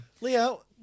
Leo